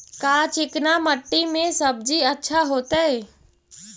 का चिकना मट्टी में सब्जी अच्छा होतै?